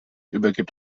übergibt